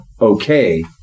okay